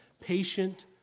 patient